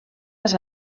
les